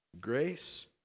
grace